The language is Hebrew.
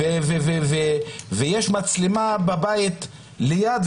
-- ויש מצלמה בבית ליד,